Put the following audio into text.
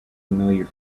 familiar